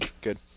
Good